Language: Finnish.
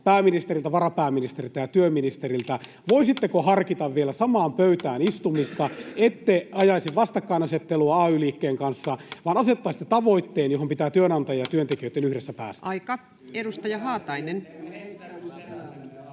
pääministeriltä, varapääministeriltä ja työministeriltä, voisitteko harkita vielä samaan pöytään istumista. Ette ajaisi vastakkainasettelua ay-liikkeen kanssa, vaan asettaisitte tavoitteen, johon pitää työnantajien ja työntekijöitten yhdessä päästä. [Ben Zyskowicz: